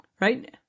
Right